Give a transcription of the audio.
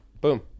Boom